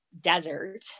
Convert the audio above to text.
desert